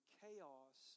chaos